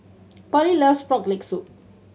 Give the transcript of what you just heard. Pearlie loves Frog Leg Soup